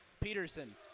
Peterson